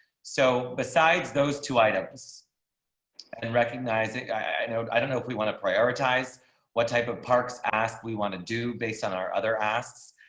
so besides those two items and recognize it. i know. i don't know if we want to prioritize what type of parks asked, we want to do based on our other asks